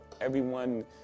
everyone